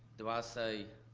do i say,